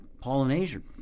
pollination